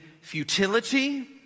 futility